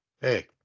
hey